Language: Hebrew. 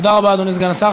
תודה רבה, אדוני סגן השר.